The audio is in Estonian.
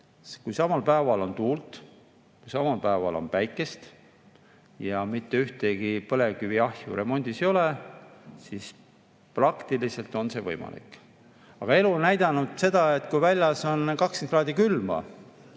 Kui samal päeval on tuult, kui samal päeval on päikest ja mitte ühtegi põlevkiviahju remondis ei ole, siis praktiliselt on see võimalik. Aga elu on näidanud seda, et kui väljas on 20 kraadi külma,